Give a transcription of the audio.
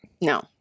No